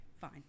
fine